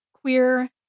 queer